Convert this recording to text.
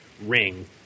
ring